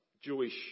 Jewish